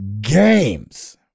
games